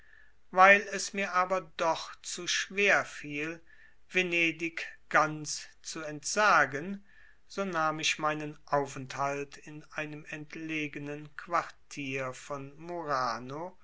weil es mir aber doch zu schwer fiel venedig ganz zu entsagen so nahm ich meinen aufenthalt in einem entlegenen quartier von murano